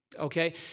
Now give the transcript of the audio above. okay